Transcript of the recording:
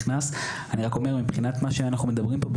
אני רק אומר מבחינת מה שאנחנו מדברים פה,